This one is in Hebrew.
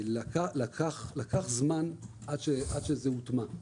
לקח זמן עד שזה הוטמע.